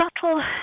subtle